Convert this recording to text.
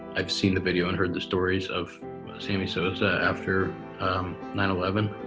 i've seen the video and heard the stories of sammy sosa after nine eleven.